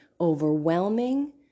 overwhelming